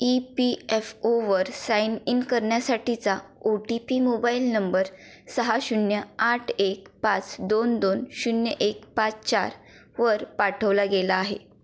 E P F ओवर sign in करण्यासाठीचा O T P mobile number सहा शून्य आठ एक पाच दोन दोन शून्य एक पाच चार वर पाठवला गेला आहे